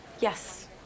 Yes